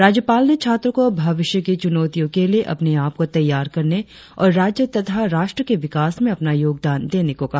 राज्यपाल ने छात्रों को भविष्य की चुनौतियों के लिए अपने आप को तैयार करने और राज्य तथा राष्ट्र के विकास में अपना योगदान देने को कहा